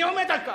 אני עומד על כך.